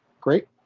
great